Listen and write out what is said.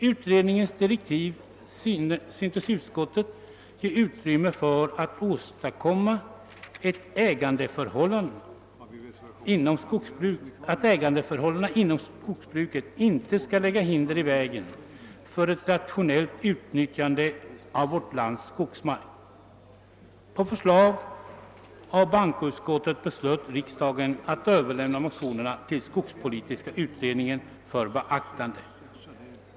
Utredningens direktiv syntes utskottet ge utrymme för den uppfattningen att ägandeförhållandena inom skogsbruket inte skulle lägga hinder i vägen för ett rationellt utnyttjande av vårt lands skogsmark. På förslag av bankoutskottet beslöt riksdagen att överlämna motionerna till skogspolitiska utredningen.